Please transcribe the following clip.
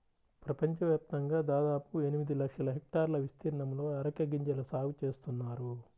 ప్రపంచవ్యాప్తంగా దాదాపు ఎనిమిది లక్షల హెక్టార్ల విస్తీర్ణంలో అరెక గింజల సాగు చేస్తున్నారు